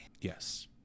Yes